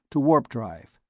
to warp-drive,